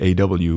AW